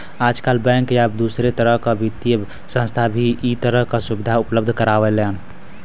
आजकल बैंक या दूसरे तरह क वित्तीय संस्थान भी इ तरह क सुविधा उपलब्ध करावेलन